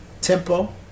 tempo